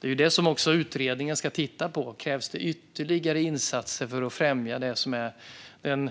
Det är också det som utredningen ska titta på: Krävs det ytterligare insatser för att främja det som utgör en